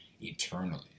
eternally